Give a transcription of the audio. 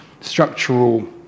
structural